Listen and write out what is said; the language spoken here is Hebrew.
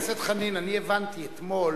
חבר הכנסת חנין, אני הבנתי אתמול,